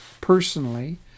personally